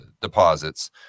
deposits